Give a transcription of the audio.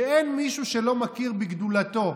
שאין מישהו שלא מכיר בגדולתו,